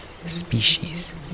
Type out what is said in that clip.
species